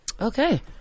okay